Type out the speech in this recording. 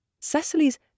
Cecily's